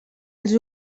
els